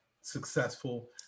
successful